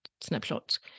snapshots